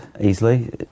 easily